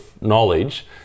knowledge